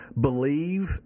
believe